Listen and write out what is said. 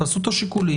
תעשו את השיקולים.